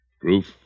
Proof